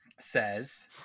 says